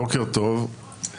בוקר טוב,